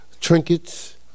trinkets